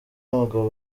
abagabo